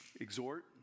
Exhort